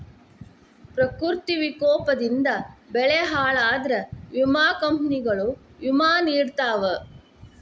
ಪ್ರಕೃತಿ ವಿಕೋಪದಿಂದ ಬೆಳೆ ಹಾಳಾದ್ರ ವಿಮಾ ಕಂಪ್ನಿಗಳು ವಿಮಾ ನಿಡತಾವ